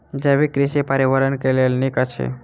जैविक कृषि पर्यावरण के लेल नीक अछि